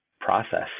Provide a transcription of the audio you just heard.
process